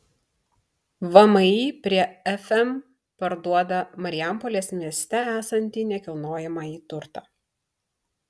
vmi prie fm parduoda marijampolės mieste esantį nekilnojamąjį turtą